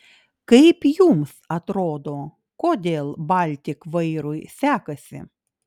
kaip jums atrodo kodėl baltik vairui sekasi